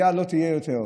היה לא תהיה יותר.